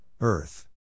earth